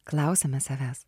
klausiame savęs